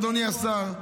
אדוני השר,